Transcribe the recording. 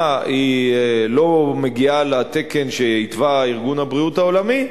לא מגיעה לתקן שהתווה ארגון הבריאות העולמי,